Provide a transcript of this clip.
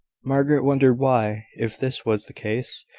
margaret wondered why, if this was the case,